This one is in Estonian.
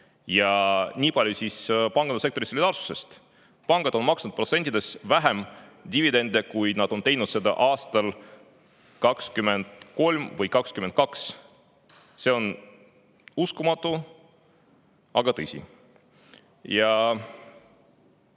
Nii palju siis pangandussektori solidaarsusest. Pangad on maksnud protsentuaalselt vähem dividende, kui nad tegid seda aastal 2023 või 2022. See on uskumatu, aga tõsi. Nüüd,